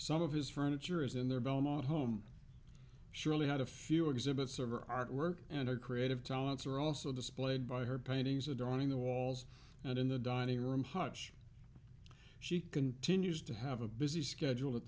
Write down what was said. some of his furniture is in there belmont home surely had a few exhibits server art work and a creative talents are also displayed by her paintings a drawing the walls and in the dining room hutch she continues to have a busy schedule at